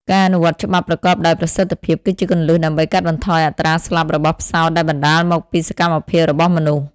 ការអនុវត្តច្បាប់ប្រកបដោយប្រសិទ្ធភាពគឺជាគន្លឹះដើម្បីកាត់បន្ថយអត្រាស្លាប់របស់ផ្សោតដែលបណ្ដាលមកពីសកម្មភាពរបស់មនុស្ស។